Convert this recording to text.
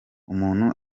umuntu